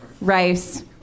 rice